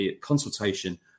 consultation